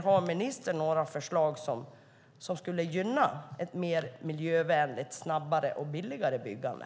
Har ministern några förslag som kan gynna ett mer miljövänligt, snabbare och billigare byggande?